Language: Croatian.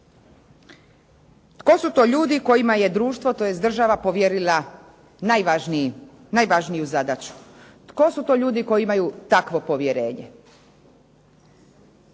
Tko su to ljudi kojima je društvo, tj. država povjerila najvažniju zadaću? Tko su to ljudi koji imaju takvo povjerenje?